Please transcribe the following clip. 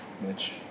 Mitch